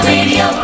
Radio